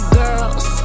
girls